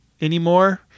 anymore